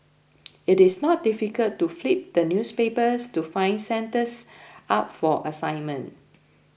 it is not difficult to flip the newspapers to find centres up for assignment